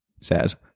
says